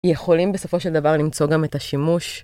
יכולים בסופו של דבר למצוא גם את השימוש.